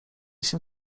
się